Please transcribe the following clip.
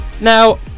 now